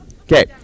Okay